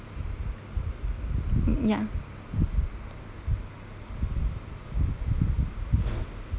mm ya